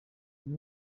uyu